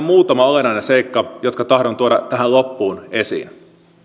muutama olennainen seikka jotka tahdon tuoda tähän loppuun esiin